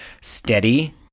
steady